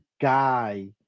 guy